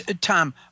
Tom